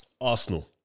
Arsenal